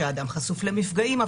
שאדם חשוף למפגעים.